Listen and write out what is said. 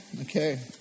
Okay